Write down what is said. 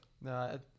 no